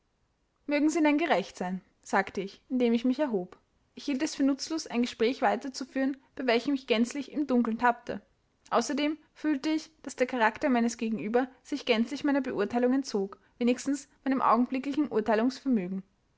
mögen sie denn gerecht sein sagte ich indem ich mich erhob ich hielt es für nutzlos ein gespräch weiter zu führen bei welchem ich gänzlich im dunkeln tappte außerdem fühlte ich daß der charakter meines gegenüber sich gänzlich meiner beurteilung entzog wenigstens meinem augenblicklichen